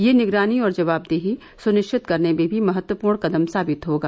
यह निगरानी और जवाबदेही सुनिश्चित करने में भी महत्वपूर्ण कदम साबित होगा